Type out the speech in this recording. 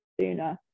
sooner